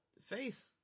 Faith